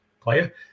player